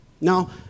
Now